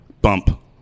Bump